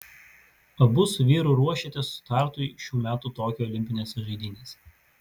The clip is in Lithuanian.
abu su vyru ruošėtės startui šių metų tokijo olimpinėse žaidynėse